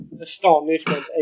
Astonishment